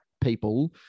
people